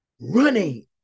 Running